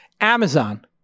Amazon